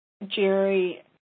Jerry